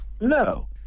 no